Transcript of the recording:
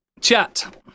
Chat